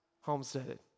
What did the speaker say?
homesteaded